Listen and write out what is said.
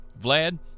Vlad